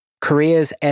Korea's